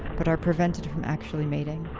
but are prevented from actually mating.